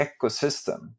ecosystem